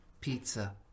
pizza